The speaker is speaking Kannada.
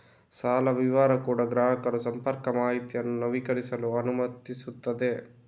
ಸಾಲ ವಿವರ ಕೂಡಾ ಗ್ರಾಹಕರು ಸಂಪರ್ಕ ಮಾಹಿತಿಯನ್ನು ನವೀಕರಿಸಲು ಅನುಮತಿಸುತ್ತದೆ